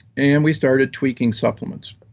and we started tweaking supplements.